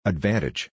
Advantage